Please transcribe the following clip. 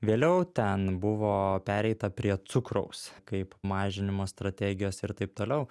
vėliau ten buvo pereita prie cukraus kaip mažinimo strategijos ir taip toliau